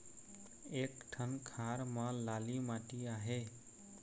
एक ठन खार म लाली माटी आहे?